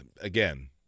again